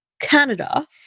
Canada